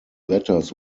letters